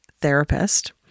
therapist